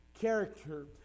character